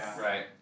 Right